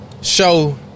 show